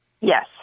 Yes